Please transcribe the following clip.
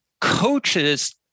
coaches